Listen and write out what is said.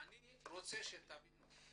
אני רוצה שתבינו,